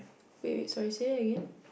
wait wait sorry say that again